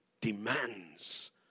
demands